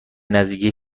نزدیکی